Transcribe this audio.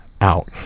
out